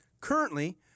Currently